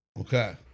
Okay